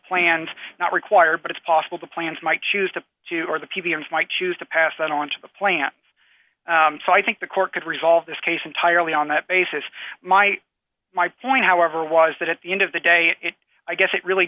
plans not required but it's possible the plans might choose to do or the p b s might choose to pass that on to the plans so i think the court could resolve this case entirely on that basis my my point however was that at the end of the day i guess it really